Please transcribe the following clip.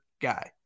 guy